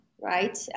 right